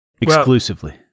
Exclusively